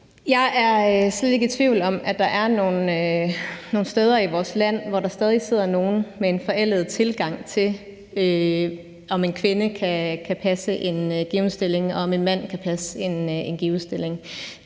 Jeg er slet ikke i tvivl om, at der er nogle steder i vores land, hvor der stadig sidder nogle med en forældet tilgang til, om en kvinde kan passe en given stilling, og om en mand kan passe en given stilling.